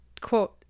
quote